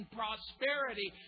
prosperity